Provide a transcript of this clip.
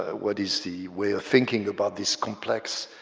ah what is the way of thinking about this complex,